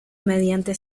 mediante